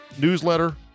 newsletter